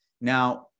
Now